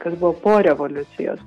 kas buvo po revoliucijos